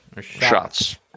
shots